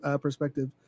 perspective